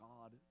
God